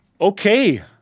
Okay